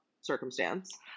circumstance